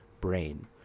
brain